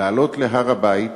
לעלות להר-הבית